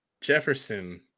Jefferson